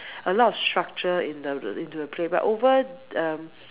a lot of structure in the into the play but over um